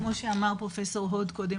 כמו שאמר פרופסור הוד קודם,